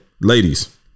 ladies